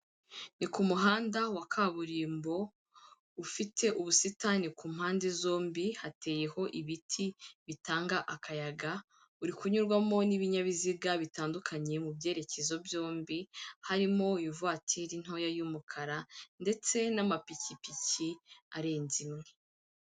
Ni ku muhanda wa kaburimbo ufite ubusitani ku mpande zombi, hateyeho ibiti bitanga akayaga, uri kunyurwamo n'ibinyabiziga bitandukanye mu byerekezo byombi, harimo ivatiri ntoya y'umukara ndetse n'amapikipiki arenze imwe.